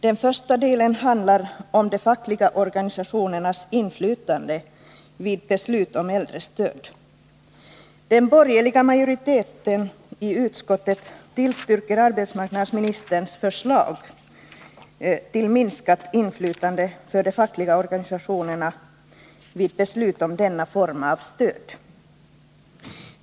Den första delen handlar om de fackliga organisationernas inflytande vid beslut om äldrestöd. Den borgerliga majoriteten i utskottet tillstyrker arbetsmarknadsministerns förslag till minskat inflytande för de fackliga organisationerna vid beslut om denna form av stöd.